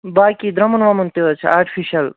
باقی درٛمُن وَمُن تہِ حظ چھِ آٹِفِشَل